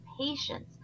patience